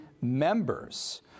members